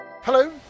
Hello